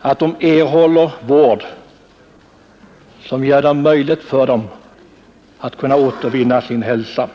att de erhåller vård som gör det möjligt för dem att återvinna sin hälsa.